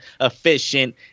efficient